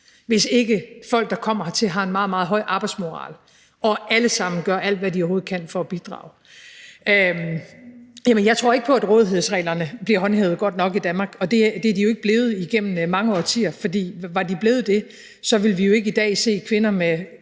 hvis ikke folk, der kommer hertil, har en meget, meget høj arbejdsmoral, og at alle sammen gør alt, hvad de overhovedet kan, for at bidrage. Jeg tror ikke på, at rådighedsreglerne bliver håndhævet godt nok i Danmark, og det er de jo ikke blevet igennem mange årtier. For var de blevet det, ville vi jo ikke i dag se kvinder med